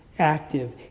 Active